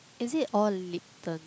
is it all lipton